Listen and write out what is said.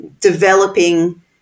developing